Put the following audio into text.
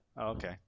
okay